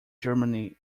germany